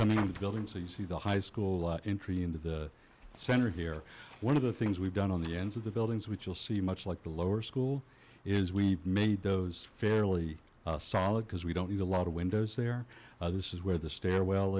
coming out of the building so you see the high school entry into the center here one of the things we've done on the ends of the buildings which you'll see much like the lower school is we made those fairly solid because we don't need a lot of windows there this is where the stairwell